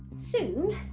soon.